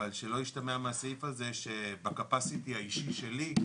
אבל שלא ישתמע מהסעיף הזה שב-Capacity האישי שלי,